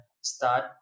start